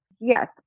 Yes